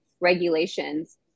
regulations